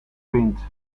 vindt